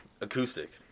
Acoustic